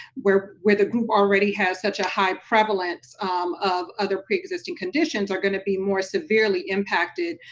where where the group already has such a high prevalence of other preexisting conditions, are gonna be more severely impacted,